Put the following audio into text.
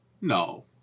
No